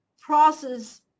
process